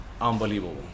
unbelievable